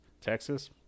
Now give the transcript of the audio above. Texas